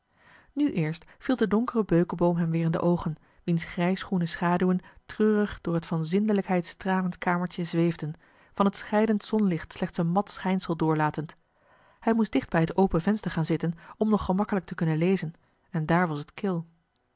nu eerst viel de donkere beukeboom hem weer in de oogen wiens grijsgroene schaduwen treurig door het van zindelijkheid stralend kamertje zweefden van het scheidend zonlicht slechts een mat schijnsel doorlatend hij moest dicht bij het open venster gaan zitten om nog gemakkelijk te kunnen lezen en daar was t kil